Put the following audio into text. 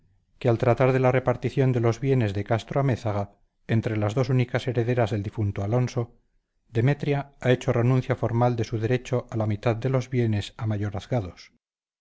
que al tratar de la repartición de los bienes de castro-amézaga entre las dos únicas herederas del difunto alonso demetria ha hecho renuncia formal de su derecho a la mitad de los bienes amayorazgados de modo